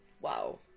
wow